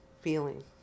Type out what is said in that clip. feeling